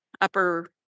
upper